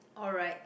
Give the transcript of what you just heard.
alright